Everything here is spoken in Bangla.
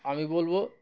আমি বলব